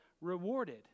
rewarded